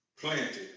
planted